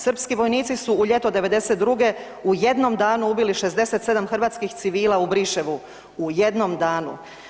Srpski vojnici su u ljeto '92. u jednom danu ubili 67 hrvatskih civila u Briševu, u jednom danu.